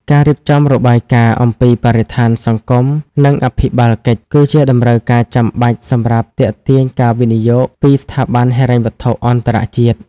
ការរៀបចំរបាយការណ៍អំពីបរិស្ថាន សង្គម និងអភិបាលកិច្ច គឺជាតម្រូវការចាំបាច់សម្រាប់ទាក់ទាញការវិនិយោគពីស្ថាប័នហិរញ្ញវត្ថុអន្តរជាតិ។